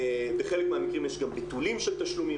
בחלק מהמקרים יש גם ביטולים של תשלומים,